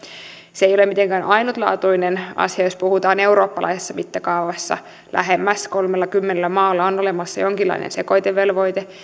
se ei ole mitenkään ainutlaatuinen asia jos puhutaan eurooppalaisessa mittakaavassa lähemmäs kolmellakymmenellä maalla on olemassa jonkinlainen sekoitevelvoite